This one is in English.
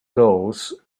goals